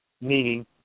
meaning